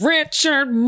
Richard